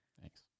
Thanks